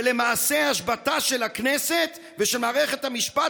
ולמעשה השבתה של הכנסת ושל מערכת המשפט